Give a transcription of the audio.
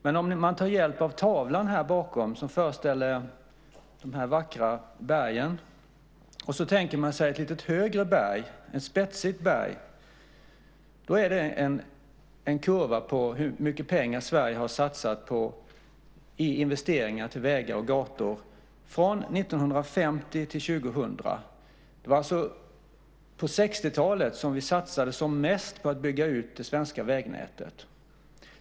Men vi kan ta hjälp av tavlan här bakom som föreställer vackra berg och tänker oss ett lite högre berg, ett spetsigt berg, som en kurva som visar hur mycket pengar Sverige har satsat på investeringar i vägar och gator från 1950 till 2000. Det var alltså på 60-talet som vi satsade som mest på att bygga ut det svenska vägnätet.